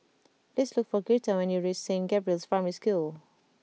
please look for Girtha when you reach Saint Gabriel's Primary School